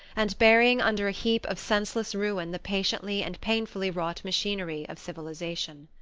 and burying under a heap of senseless ruin the patiently and painfully wrought machinery of civilization.